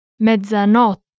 Mezzanotte